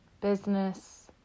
business